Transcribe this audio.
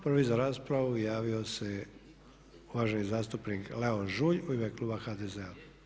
Prvi za raspravu javio se uvaženi zastupnik Leon Žulj u ime Kluba HDZ-a.